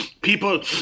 people